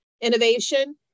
innovation